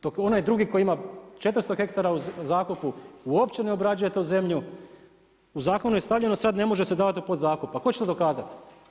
Dok onaj drugi koji ima 400 hektara u zakupu, uopće ne obrađuje tu zemlju, u zakonu je stavljeno sad, ne može se davati u pod zakup, a tko će dokazati?